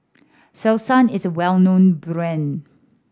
Selsun is a well known brand